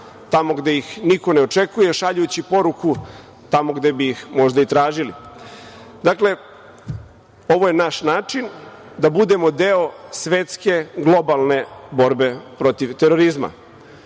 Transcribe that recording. tamo gde ih niko ne očekuje, šaljući poruku tamo gde bih ih možda i tražili. Dakle, ovo je naš način da budemo deo svetske globalne borbe protiv terorizma. Ruska